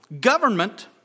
Government